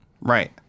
Right